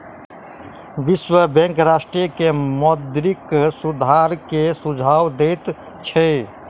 विश्व बैंक राष्ट्र के मौद्रिक सुधार के सुझाव दैत छै